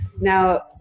Now